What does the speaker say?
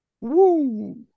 Woo